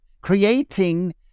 creating